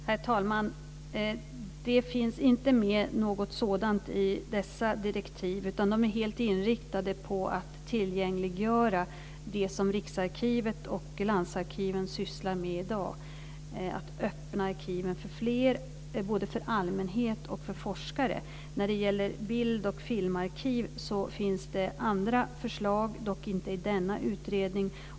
Herr talman! Det finns inte med något sådant i dessa direktiv, utan de är helt inriktade på att tillgängliggöra det som Riksarkivet och landsarkiven sysslar med i dag. Det handlar om att öppna arkiven för fler, både för allmänhet och för forskare. När det gäller bild och filmarkiv finns det andra förslag, dock inte i denna utredning.